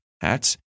hats